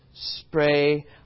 spray